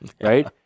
right